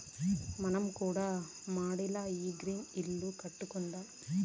మనం కూడా మడిల ఈ గ్రీన్ ఇల్లు కట్టుకుందాము